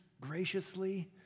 graciously